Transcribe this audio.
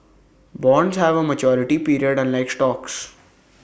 bonds have A maturity period unlike stocks